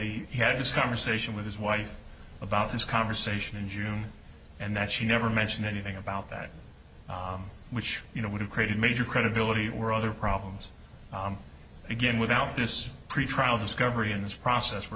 he had this conversation with his wife about this conversation in june and that she never mentioned anything about that which you know would have created major credibility or other problems begin without this pretrial discovery in this process we're